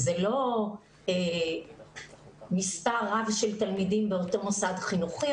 זה לא מספר רב של תלמידים באותו מוסד חינוכי.